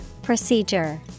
Procedure